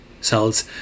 Cells